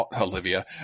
Olivia